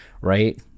right